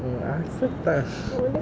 mm accept ah